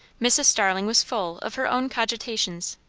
mrs. starling was full of her own cogitations.